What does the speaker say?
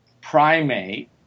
primate